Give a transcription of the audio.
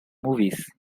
movies